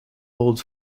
old